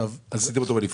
עשיתם אותו בנפרד.